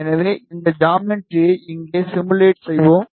எனவே இந்த ஜாமெட்ரியை இங்கே சிமுலேட் செய்வொம்